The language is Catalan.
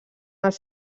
els